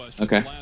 okay